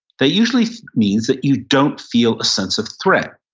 that usually means that you don't feel a sense of threat.